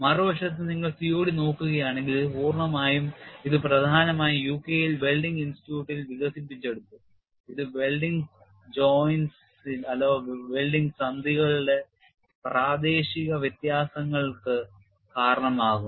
മറുവശത്ത് നിങ്ങൾ COD നോക്കുകയാണെങ്കിൽ ഇത് പ്രധാനമായും യുകെയിൽ വെൽഡിംഗ് ഇൻസ്റ്റിറ്റ്യൂട്ടിൽ വികസിപ്പിച്ചെടുത്തു ഇത് വെൽഡിംഗ് സന്ധികളുടെ പ്രാദേശിക വ്യത്യാസങ്ങൾക്ക് കാരണമാകുന്നു